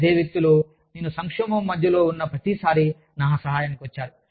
అదే వ్యక్తులు నేను సంక్షోభం మధ్యలో ఉన్న ప్రతిసారీ నా సహాయానికి వచ్చారు